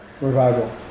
Revival